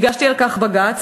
הגשתי על כך בג"ץ,